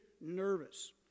nervous